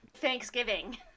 Thanksgiving